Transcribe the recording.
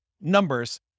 numbers